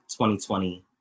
2020